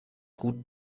gut